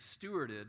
stewarded